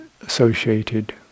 associated